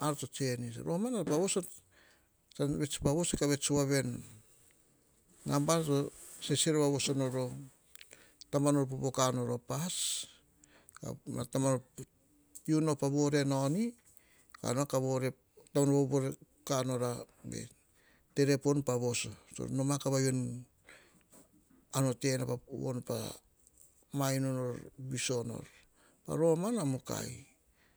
ar to tsenis. Romana, pa voso, tsan vets pa voso, ka vets voa veni. Nabana to sese rova nor o taba nor popoka nor o pas. U nao pa vore nao ni, ka nao ka vore, taba nor vovore ka nor a telephone pa voso. Noma ka va u em, pa ar nor enor, pa ma inu norr viviso nor. Romana mukai.